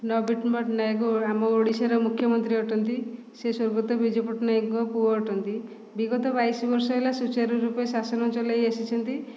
ନବୀନ ପଟ୍ଟନାୟକ ଆମ ଓଡ଼ିଶାର ମୁଖ୍ୟମନ୍ତ୍ରୀ ଅଟନ୍ତି ସେ ସ୍ଵର୍ଗତ ବିଜୁ ପଟ୍ଟନାୟକଙ୍କ ପୁଅ ଅଟନ୍ତି ବିଗତ ବାଇଶ ବର୍ଷ ହେଲା ସୁଚାରୁ ରୁପେ ଶାସନ ଚଲାଇ ଆସିଛନ୍ତି